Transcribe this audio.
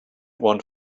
one